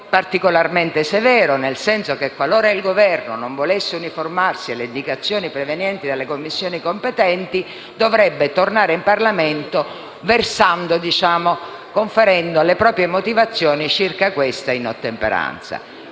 particolarmente severo. Qualora cioè il Governo non volesse uniformarsi alle indicazioni provenienti dalle Commissioni competenti, dovrebbe tornare in Parlamento conferendo le proprie motivazioni circa questa inottemperanza.